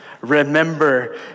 Remember